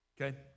okay